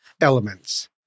elements